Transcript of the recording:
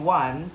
one